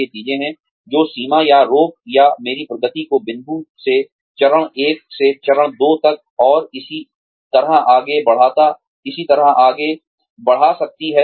ये चीजें हैं जो सीमा या रोक या मेरी प्रगति को बिंदु से चरण एक से चरण दो तक और इसी तरह आगे बढ़ा सकती हैं